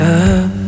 up